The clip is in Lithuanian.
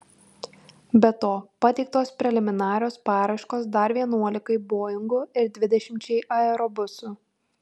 be to pateiktos preliminarios paraiškos dar vienuolikai boingų ir dvidešimčiai aerobusų